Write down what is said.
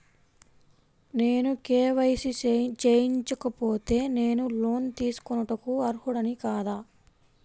నేను కే.వై.సి చేయించుకోకపోతే నేను లోన్ తీసుకొనుటకు అర్హుడని కాదా?